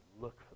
look